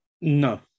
no